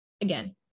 again